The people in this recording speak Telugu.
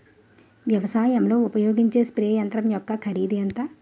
వ్యవసాయం లో ఉపయోగించే స్ప్రే యంత్రం యెక్క కరిదు ఎంత?